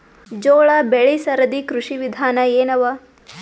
ಜೋಳ ಬೆಳಿ ಸರದಿ ಕೃಷಿ ವಿಧಾನ ಎನವ?